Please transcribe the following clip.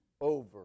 over